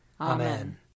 Amen